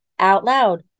OUTLOUD